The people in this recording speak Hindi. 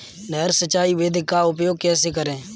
नहर सिंचाई विधि का उपयोग कैसे करें?